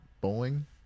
Bowling